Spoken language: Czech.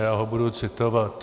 Já ho budu citovat.